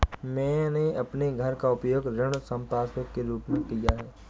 मैंने अपने घर का उपयोग ऋण संपार्श्विक के रूप में किया है